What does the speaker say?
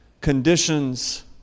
conditions